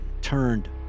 turned